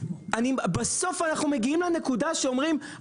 בסוף אנחנו מגיעים לנקודה שאומרים,